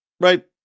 right